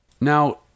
Now